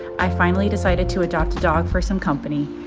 i finally decided to adopt a dog for some company.